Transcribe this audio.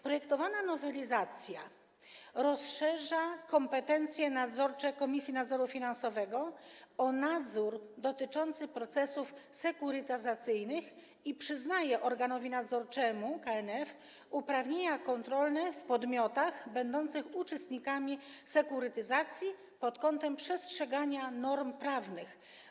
Projektowana nowelizacja rozszerza kompetencje nadzorcze Komisji Nadzoru Finansowego o nadzór dotyczący procesów sekurytyzacyjnych i przyznaje organowi nadzorczemu - KNF - uprawnienia kontrolne w podmiotach będących uczestnikami sekurytyzacji pod kątem przestrzegania norm prawnych.